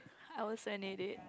I also need it